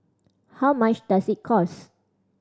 how much does it cost